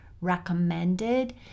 recommended